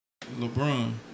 LeBron